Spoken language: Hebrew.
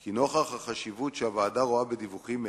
כי נוכח החשיבות שהוועדה רואה בדיווחים אלה,